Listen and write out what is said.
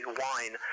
wine